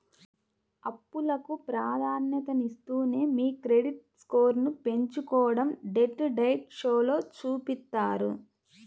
అప్పులకు ప్రాధాన్యతనిస్తూనే మీ క్రెడిట్ స్కోర్ను పెంచుకోడం డెట్ డైట్ షోలో చూపిత్తారు